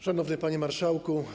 Szanowny Panie Marszałku!